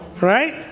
Right